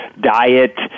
diet